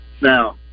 now